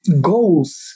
goals